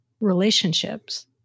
relationships